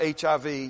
HIV